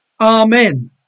Amen